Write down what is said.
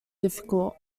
difficult